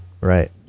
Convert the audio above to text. Right